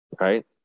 right